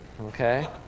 Okay